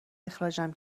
اخراجم